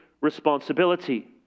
responsibility